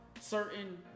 certain